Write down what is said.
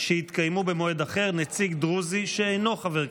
שיתקיימו במועד אחר נציג דרוזי שאינו חבר הכנסת.